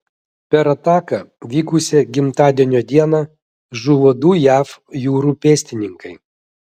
per ataką vykusią gimtadienio dieną žuvo du jav jūrų pėstininkai